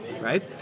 right